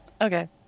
Okay